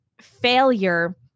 failure